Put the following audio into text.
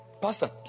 Pastor